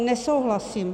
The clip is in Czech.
Nesouhlasím.